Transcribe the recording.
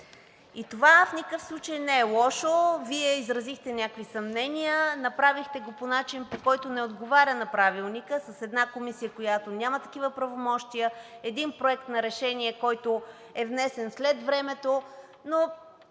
и това в никакъв случай не е лошо. Вие изразихте някакви съмнения, направихте го по начин, по който не отговаря на Правилника – с една комисия, която няма такива правомощия, един проект на решение, който е внесен след времето, но